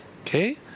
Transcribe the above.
okay